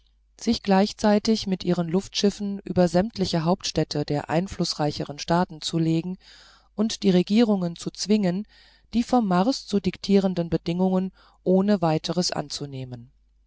sich gleichzeitig mit ihren luftschiffen über sämtliche hauptstädte der einflußreicheren staaten zu legen und die regierungen zu zwingen die vom mars zu diktierenden bedingungen ohne weiteres anzunehmen